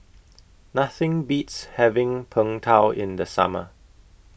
Nothing Beats having Png Tao in The Summer